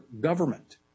government